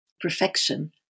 perfection